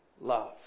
love